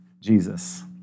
Jesus